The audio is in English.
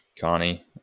Carney